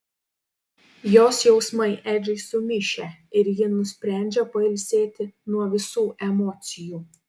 jos jausmai edžiui sumišę ir ji nusprendžia pailsėti nuo visų emocijų